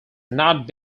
cannot